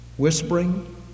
whispering